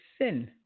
sin